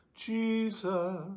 Jesus